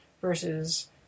versus